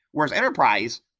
whereas enterprise,